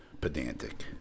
pedantic